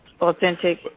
authentic